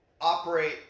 operate